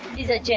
it's a